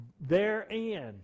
therein